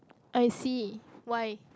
I see why